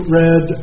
read